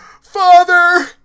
Father